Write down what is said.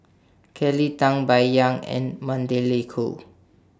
Kelly Tang Bai Yan and Magdalene Khoo